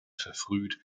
verfrüht